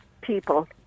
people